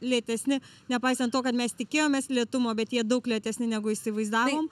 lėtesni nepaisant to kad mes tikėjomės lėtumo bet jie daug lėtesni negu įsivaizdavom